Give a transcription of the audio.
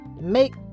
make